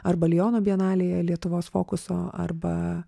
arba liono bienalėje lietuvos fokuso arba